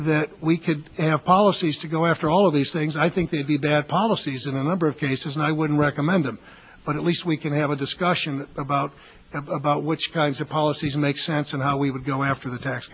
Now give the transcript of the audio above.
that we could have policies to go after all of these things i think they would be bad policies in a number of cases and i wouldn't recommend them but at least we can have a discussion about about which kinds of policies make sense and how we would go after the